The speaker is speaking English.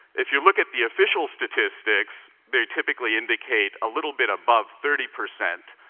if you look at the official statistics, they typically indicate a little bit above thirty percent.